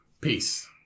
Peace